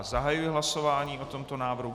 Zahajuji hlasování o tomto návrhu.